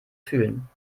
fühlen